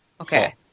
Okay